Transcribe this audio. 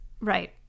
right